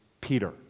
Peter